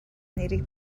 нэрийг